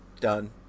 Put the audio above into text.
Done